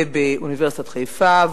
ובאוניברסיטת חיפה,